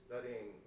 Studying